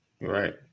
Right